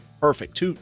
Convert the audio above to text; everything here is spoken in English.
perfect